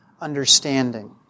understanding